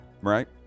right